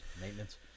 maintenance